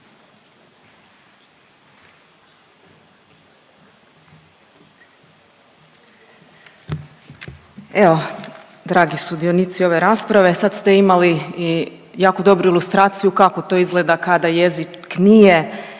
Evo dragi sudionici ove rasprave sad ste imali i jako dobru ilustraciju kako to izgleda kada jezik nije